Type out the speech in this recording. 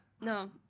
no